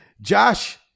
Josh